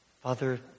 Father